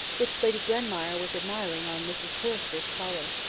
which lady glenmire was admiring on mrs forrester's collar.